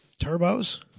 Turbos